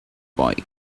boy